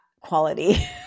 quality